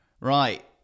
right